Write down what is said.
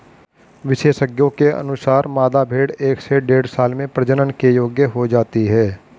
विशेषज्ञों के अनुसार, मादा भेंड़ एक से डेढ़ साल में प्रजनन के योग्य हो जाती है